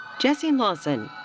jessie lawson.